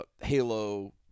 Halo